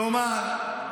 כלומר,